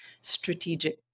strategic